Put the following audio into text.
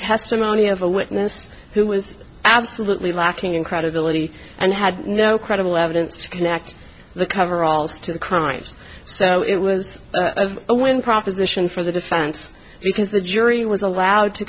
testimony of a witness who was absolutely lacking in credibility and had no credible evidence to connect the coveralls to the crimes so it was a win proposition for the defense because the jury was allowed to